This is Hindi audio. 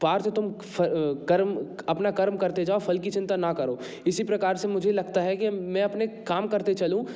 पार्थ तुम कर्म अपना कर्म करते जाओ फल की चिंता ना करो इसी प्रकार से मुझे लगता है कि मैं अपने काम करते चलूँ